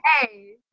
Hey